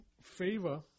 Favor